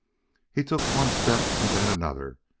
he took one step, and then another,